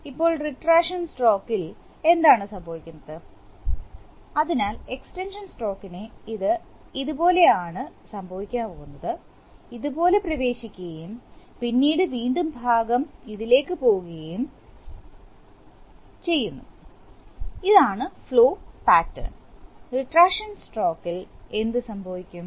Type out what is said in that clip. ഇപ്പോൾ റീട്രാക്ഷൻ സ്ട്രോക്കിൽ എന്താണ് സംഭവിക്കുന്നത് അതിനാൽ എക്സ്റ്റൻഷൻ സ്ട്രോക്കിനെ ഇത് ഇതുപോലെ ആണ് ആണ് സംഭവിക്കാൻ പോകുന്നത് ഇതുപോലെ പ്രവേശിക്കുകയും പിന്നീട് വീണ്ടും ഭാഗം ഇതിലേക്ക് പോകുകയും ഭാഗം പോകുന്നു ഇതാണ് ഫ്ലോ പാറ്റേണുകൾ റീട്രാക്ഷൻ സ്ട്രോക്കിൽ എന്ത് സംഭവിക്കും